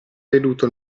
veduto